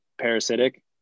parasitic